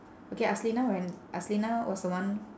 okay aslinah when aslinah was the one